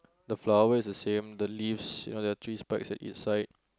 the flower is the same the leaves you know the trees part is at each side